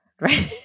Right